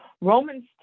Romans